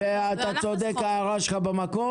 הייתי שותפה ומעורבת בחשיבה על כל אחת